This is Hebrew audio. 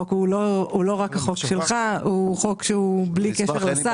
החוק הוא לא רק החוק שלך אלא הוא חוק שהוא בלי קשר לשר.